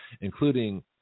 Including